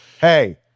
hey